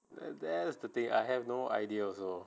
and that's the thing I have no idea also